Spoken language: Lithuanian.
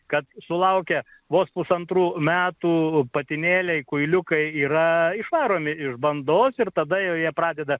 kad sulaukę vos pusantrų metų patinėliai kuiliukai yra išvaromi iš bandos ir tada jau jie pradeda